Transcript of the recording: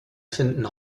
finden